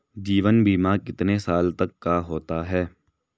जीवन बीमा कितने साल तक का होता है?